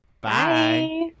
Bye